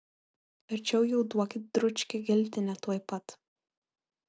verčiau jau duokit dručkę giltinę tuoj pat